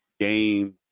Game